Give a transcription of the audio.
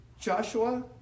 Joshua